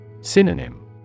Synonym